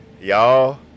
y'all